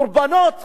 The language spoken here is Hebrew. קורבנות חיים,